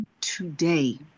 today